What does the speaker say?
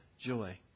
joy